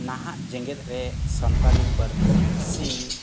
ᱱᱟᱦᱟᱜ ᱡᱮᱜᱮᱫ ᱨᱮ ᱥᱟᱱᱛᱟᱲᱤ ᱯᱟᱹᱨᱥᱤ